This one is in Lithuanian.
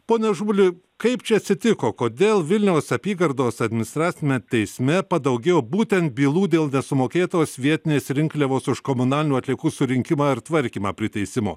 pone ažubali kaip čia atsitiko kodėl vilniaus apygardos administracime teisme padaugėjo būtent bylų dėl nesumokėtos vietinės rinkliavos už komunalinių atliekų surinkimą ir tvarkymą priteisimo